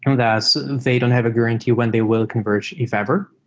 um thus, they don't have a guarantee when they will converge, if ever.